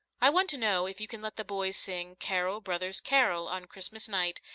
i want to know if you can let the boys sing carol, brothers, carol on christmas night,